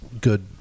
good